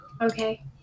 Okay